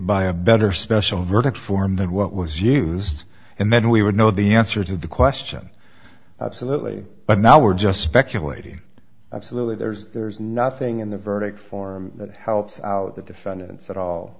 by a better special verdict form that what was used and then we would know the answer to the question absolutely but now we're just speculating absolutely there's there's nothing in the verdict form that helps out the defendants at all